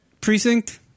precinct